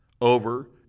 over